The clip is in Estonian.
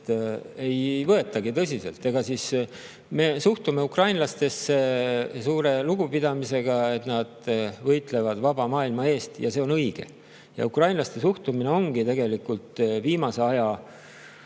ei võetagi tõsiselt. Me suhtume ukrainlastesse suure lugupidamisega, sest nad võitlevad vaba maailma eest, ja see on õige. Ja ukrainlaste suhtumine ongi tegelikult viimase aja